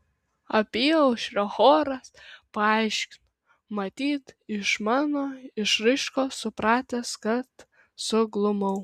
apyaušrio choras paaiškino matyt iš mano išraiškos supratęs kad suglumau